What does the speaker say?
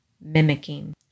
mimicking